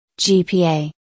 GPA